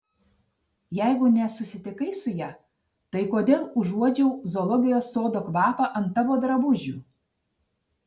jeigu nesusitikai su ja tai kodėl užuodžiau zoologijos sodo kvapą ant tavo drabužių